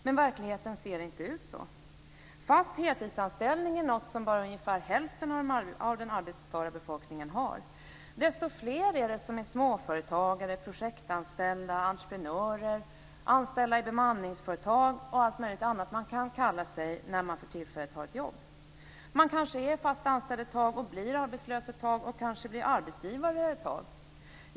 Men verkligheten ser inte ut så. Fast heltidsanställning är något som bara ungefär hälften av den arbetsföra befolkningen har. Desto fler är småföretagare, projektanställda, entreprenörer, anställda i bemanningsföretag och annat man kan kalla sig när man för tillfället har ett jobb. Man kanske är fast anställd ett tag och blir arbetslös ett tag, och kanske blir arbetsgivare ett tag.